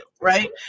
right